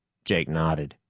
jake nodded.